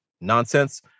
nonsense